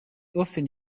often